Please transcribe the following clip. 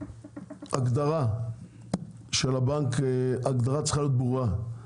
הגדרה של הבנק, ההגדרה צריכה להיות ברורה,